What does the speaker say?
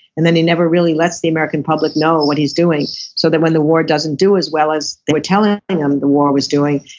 and then he never really lets the american public know what he's doing so that when the war doesn't do as well as we're telling them the war was doing,